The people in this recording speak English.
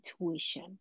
intuition